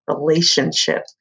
relationship